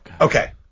Okay